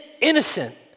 innocent